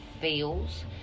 feels